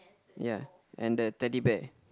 ya and that Teddy Bear